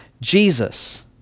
Jesus